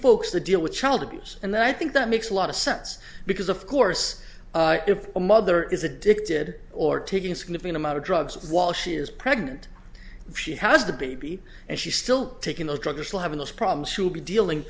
folks to deal with child abuse and i think that makes a lot of sense because of course if a mother is addicted or taking significant amount of drugs while she is pregnant she has the baby and she still taking those drugs are still having those problems should be dealing